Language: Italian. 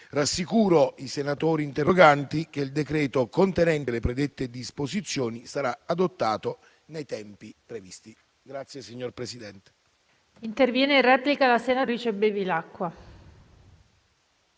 Rassicuro i senatori interroganti che il decreto contenente le predette disposizioni sarà adottato nei tempi previsti.